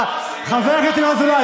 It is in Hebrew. חבר הכנסת ינון אזולאי,